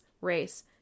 race